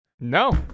No